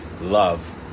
love